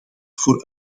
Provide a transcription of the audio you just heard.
voor